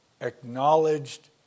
acknowledged